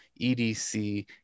EDC